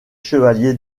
chevalier